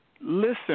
Listen